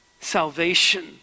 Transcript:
Salvation